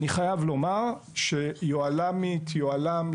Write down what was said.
אני חייב לומר שיוהל"ם או יוהל"מית